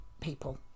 people